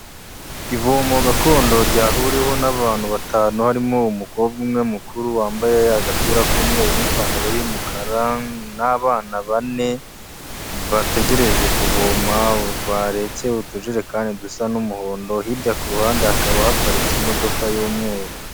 Ivomo gakondo ryahuriweho n'abantu batanu, harimo umukobwa umwe mukuru, wambaye agapira k'umweru n'ipantaro y'umukara n'abana bane, bategereje kuvoma, baretse utujerekani dusa n'umuhondo, hirya ku ruhande hakaba haparitse imodoka y'umweru.